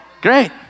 Great